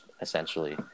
essentially